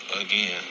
Again